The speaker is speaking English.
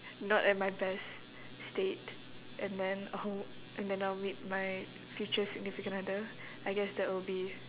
not at my best state and then uh and then I'll meet my future significant other I guess that will be